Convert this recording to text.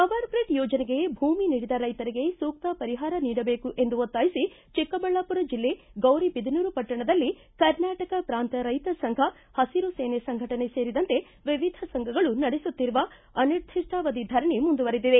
power grid ಯೋಜನೆಗೆ ಭೂಮಿ ನೀಡಿದ ರೈತರಿಗೆ ಸೂಕ್ತ ಪರಿಹಾರ ನೀಡಬೇಕು ಎಂದು ಒತ್ತಾಯಿಸಿ ಚಿಕ್ಕಬಳ್ಳಾಮರ ಜಿಲ್ಲೆ ಗೌರಿಬಿದನೂರು ಪಟ್ಟಣದಲ್ಲಿ ಕರ್ನಾಟಕ ಪ್ರಾಂತ ರೈತ ಸಂಘ ಹಸಿರು ಸೇನೆ ಸಂಘಟನೆ ಸೇರಿದಂತೆ ವಿವಿಧ ಸಂಘಗಳು ನಡೆಸುತ್ತಿರುವ ಅನಿರ್ಧಿಷ್ಟಾವಧಿ ಧರಣಿ ಮುಂದುವರೆದಿದೆ